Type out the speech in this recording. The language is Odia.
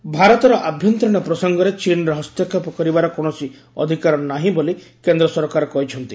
ଚୀନ୍ ହସ୍ତକ୍ଷେପ ଭାରତର ଆଭ୍ୟନ୍ତରୀଣ ପ୍ରସଙ୍ଗରେ ଚୀନ୍ର ହସ୍ତକ୍ଷେପ କରିବାର କୌଣସି ଅଧିକାର ନାହିଁ ବୋଲି କେନ୍ଦ୍ର ସରକାର କହିଛନ୍ତି